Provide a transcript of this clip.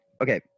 okay